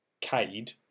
Cade